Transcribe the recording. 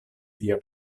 via